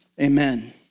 Amen